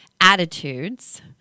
attitudes